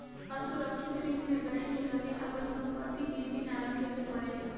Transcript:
असुरक्षित ऋण में बैंक के लगे आपन संपत्ति गिरवी ना रखे के पड़ेला